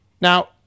Now